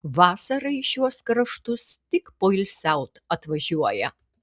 vasarą į šiuos kraštus tik poilsiaut atvažiuoja